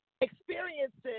experiences